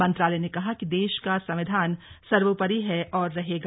मंत्रालय ने कहा कि देश का संविधान सर्वोपरि है और रहेगा